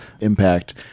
impact